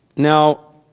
now,